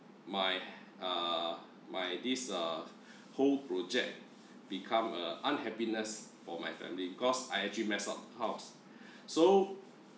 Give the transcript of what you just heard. my uh my this uh whole project become a unhappiness for my family cause I actually mess up house so